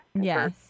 Yes